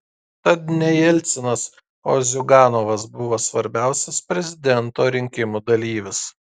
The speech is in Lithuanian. tad ne jelcinas o ziuganovas buvo svarbiausias prezidento rinkimų dalyvis